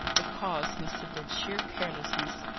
the cause must have been sheer carelessness,